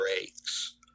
breaks